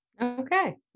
Okay